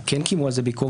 או כן קיימו על זה ביקורת,